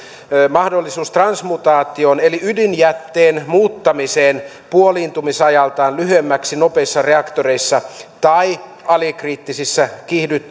mahdollisuus transmutaatioon eli ydinjätteen muuttamiseen puoliintumisajaltaan lyhyemmäksi nopeissa reaktoreissa tai alikriittisissä